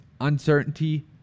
uncertainty